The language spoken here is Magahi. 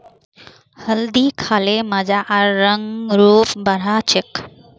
हल्दी खा ल मजा आर रंग रूप बढ़ा छेक